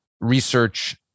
research